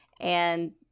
and-